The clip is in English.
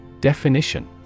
Definition